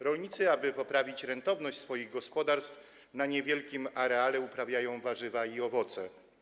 Rolnicy, aby poprawić rentowność swoich gospodarstw, na niewielkim areale uprawiają warzywa i owoce.